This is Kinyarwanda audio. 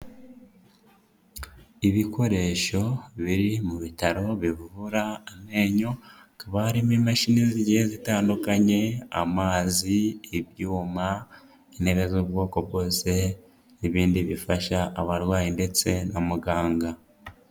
Ibikoresho biri mu bitaro bivura amenyo, hakaba harimo imashini zigiye zitandukanye, amazi, ibyuma, intebe z'ubwoko bwose n'ibindi bifasha abarwayi ndetse na muganga.